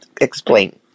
explain